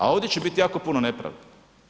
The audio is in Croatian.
A ovdje će biti jako puno nepravdi.